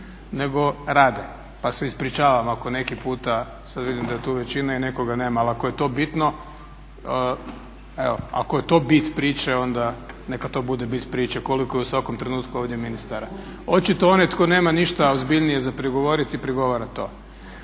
nego rade pa se ispričavam ako neki puta, sad vidim da je tu većina, nekoga nema. Ali ako je to bitno, ako je to bit priče onda neka to bude bit priče koliko je u svakom trenutku ovdje ministara. Očito onaj tko nema ništa ozbiljnije za prigovoriti prigovara to.